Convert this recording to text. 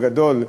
בגדול,